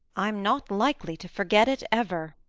i'm not likely to forget it ever.